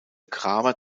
kramer